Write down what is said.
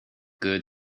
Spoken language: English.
good